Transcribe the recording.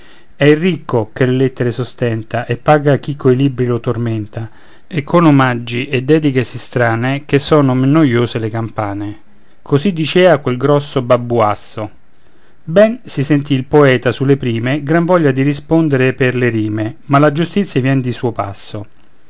è il ricco che le lettere sostenta e paga chi coi libri lo tormenta e con omaggi e dediche sì strane che son meno noiose le campane così dicea quel grosso babbuasso ben si sentì il poeta sulle prime gran voglia di risponder per le rime ma la giustizia viene di suo passo